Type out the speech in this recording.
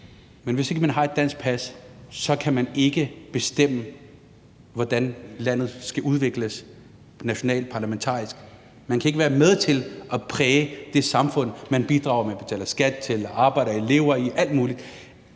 men hvis ikke man har et dansk pas, kan man ikke bestemme, hvordan landet skal udvikles nationalt, parlamentarisk, og man kan ikke være med til at præge det samfund, man bidrager til, betaler skat til og arbejder og lever i og alt muligt?